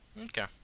Okay